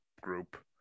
group